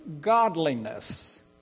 godliness